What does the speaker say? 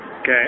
Okay